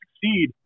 succeed